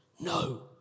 No